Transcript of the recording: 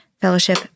fellowship